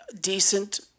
decent